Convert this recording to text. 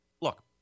Look